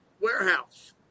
warehouse